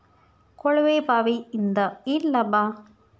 ಕೊಳವೆ ಬಾವಿಯಿಂದ ಏನ್ ಲಾಭಾ?